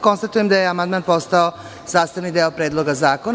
Konstatujem da je amandman postao sastavni deo Predloga zakona.